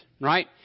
right